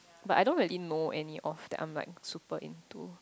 but I don't really know any of that I'm like super into